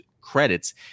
credits